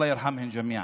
אללה ירחם אל-ג'מיען.